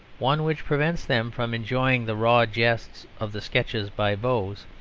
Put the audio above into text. one which prevents them from enjoying the raw jests of the sketches by boz,